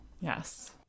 Yes